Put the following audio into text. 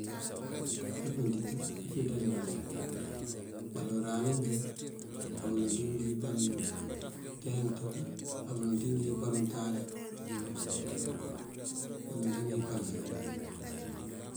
Njí manţíj ngëfeţar kañan. Baloŋ bëran njí, baloŋ ţíj ngёyipal ngёntaanjá ngёtёb, baloŋ ţíj ngёyipal ngёntaanjá, baloŋ ţíj ngёyipal kañan.